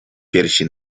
piersi